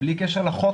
בלי קשר לחוק,